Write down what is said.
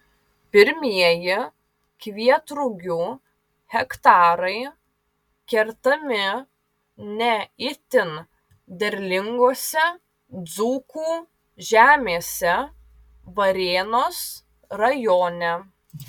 pirmieji kvietrugių hektarai kertami ne itin derlingose dzūkų žemėse varėnos rajone